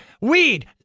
weed